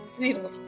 zero